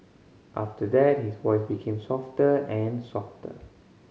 after that his voice became softer and softer